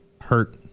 hurt